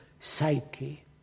psyche